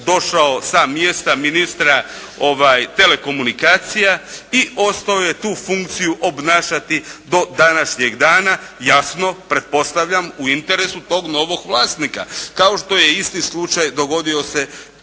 došao sa mjesta ministra telekomunikacija i ostao je tu funkciju obnašati do današnjeg dana. Jasno, pretpostavljam u interesu tog novog vlasnika. Kao što je isti slučaj dogodio se